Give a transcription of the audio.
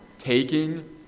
taking